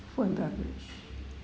food and beverage